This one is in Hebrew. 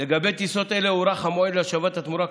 לגבי טיסות אלה הוארך המועד להשבת התמורה,